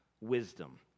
wisdom